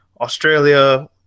Australia